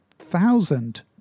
thousand